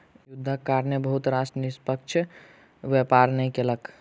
युद्धक कारणेँ बहुत राष्ट्र निष्पक्ष व्यापार नै कयलक